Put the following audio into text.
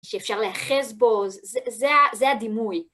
שאפשר להאחז בו... זה ה... זה הדימוי.